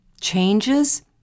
changes